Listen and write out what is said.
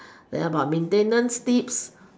about maintenance tips